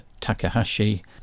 Takahashi